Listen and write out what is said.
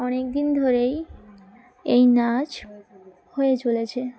অনেকদিন ধরেই এই নাচ হয়ে চলেছে